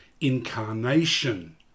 incarnation